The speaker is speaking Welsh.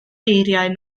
eiriau